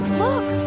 look